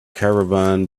caravan